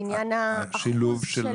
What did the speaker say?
לעניין האחוז.